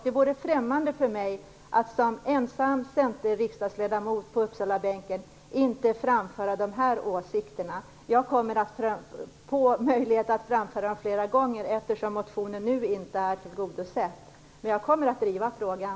Det vore främmande för mig som ensam centerriksdagsledamot på Uppsalabänken att inte framföra de här åsikterna. Jag kommer att få möjlighet att framföra dem flera gånger, eftersom motionen nu inte är tillgodosedd. Men jag kommer att driva frågan.